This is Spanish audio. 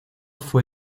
fue